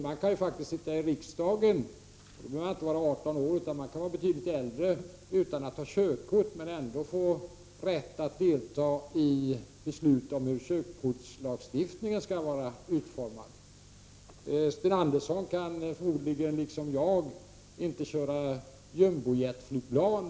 Man kan faktiskt sitta i riksdagen utan att ha körkort, trots att man är betydligt äldre än 18 år, men ändå ha rätt att delta i beslut om hur körkortslagstiftningen skall vara utformad. Sten Andersson kan förmodligen lika litet som jag köra jumbojetflygplan.